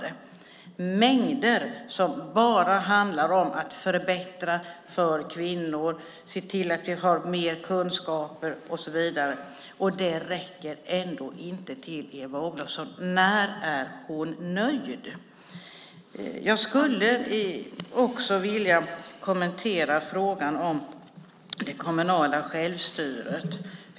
Det är mängder av saker som bara handlar om att förbättra för kvinnor och se till att vi har mer kunskaper och så vidare, men det räcker ändå inte till för Eva Olofsson. När är hon nöjd? Jag skulle också vilja kommentera frågan om det kommunala självstyret.